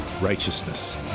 Righteousness